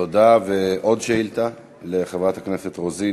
תודה, ועוד שאילתה לחברת הכנסת רוזין.